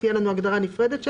תהיה לנו הגדרה נפרדת שלהם,